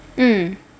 mm